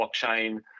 blockchain